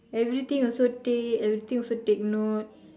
everything also take everything also take note